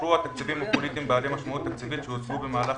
אושרו התקציבים הפוליטיים בעלי משמעות תקציבית שהושגו במהלך